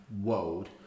world